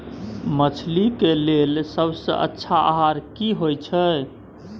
मछली के लेल सबसे अच्छा आहार की होय छै?